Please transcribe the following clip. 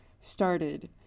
started